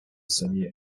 самі